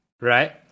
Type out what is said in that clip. Right